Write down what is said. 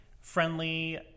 friendly